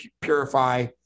purify